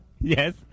Yes